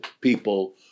people